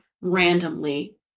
randomly